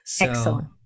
Excellent